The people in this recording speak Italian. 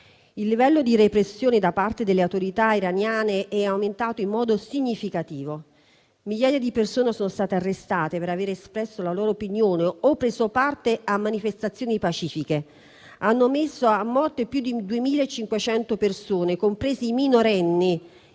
Il livello di repressione da parte delle autorità iraniane è aumentato in modo significativo: migliaia di persone sono state arrestate per aver espresso la loro opinione o preso parte a manifestazioni pacifiche; hanno messo a morte più di 2.500 persone, compresi i minorenni,